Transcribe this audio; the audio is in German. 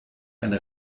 eine